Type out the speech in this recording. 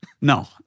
No